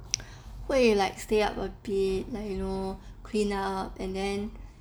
会 like stay up a bit like you know clean up and then